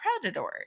predator